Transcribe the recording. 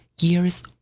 years